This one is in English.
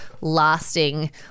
lasting